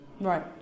Right